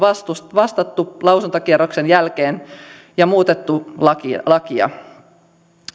vastattu lausuntokierroksen jälkeen ja muutettu lakia lakia